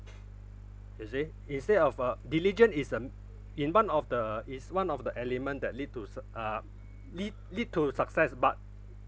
you see instead of a diligent is uh in one of the is one of the element that lead to suc~ uh lead lead to success but